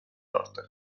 norte